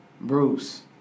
Bruce